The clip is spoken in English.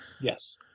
Yes